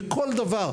בכל דבר.